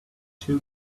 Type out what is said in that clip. too